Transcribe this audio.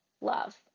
love